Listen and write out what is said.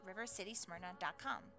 rivercitysmyrna.com